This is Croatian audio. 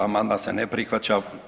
Amandman se ne prihvaća.